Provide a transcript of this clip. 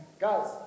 guys